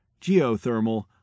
geothermal